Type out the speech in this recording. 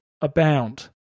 abound